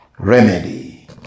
Remedy